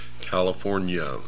california